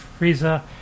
Frieza